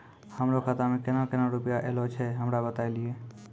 हमरो खाता मे केना केना रुपैया ऐलो छै? हमरा बताय लियै?